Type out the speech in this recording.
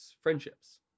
friendships